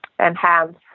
enhance